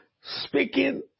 Speaking